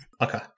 Okay